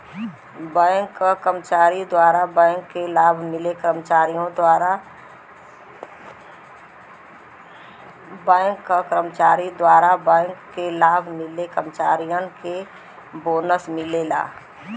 bank क कर्मचारी द्वारा बैंक के लाभ मिले कर्मचारियन के बोनस मिलला